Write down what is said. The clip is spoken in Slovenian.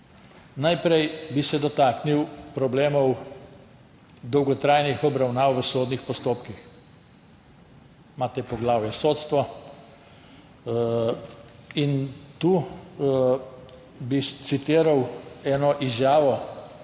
Najprej bi se dotaknil problemov dolgotrajnih obravnav v sodnih postopkih. Imate poglavje Sodstvo. Tu bi citiral eno izjavo